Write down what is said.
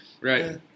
Right